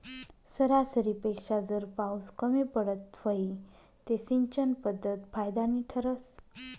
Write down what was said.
सरासरीपेक्षा जर पाउस कमी पडत व्हई ते सिंचन पध्दत फायदानी ठरस